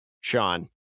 Sean